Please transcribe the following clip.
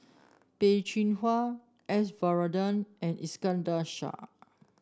Peh Chin Hua S Varathan and Iskandar Shah